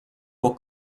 will